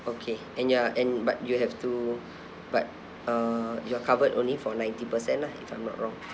okay and ya and but you have to but uh you're covered only for ninety percent lah if I'm not wrong